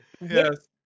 Yes